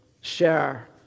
share